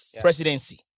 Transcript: presidency